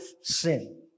sin